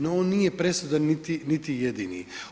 No, on nije presudan, niti jedini.